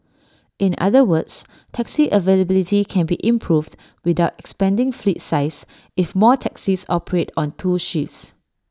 in other words taxi availability can be improved without expanding fleet size if more taxis operate on two shifts